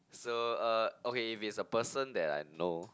so uh okay if it's a person that I know